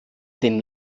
den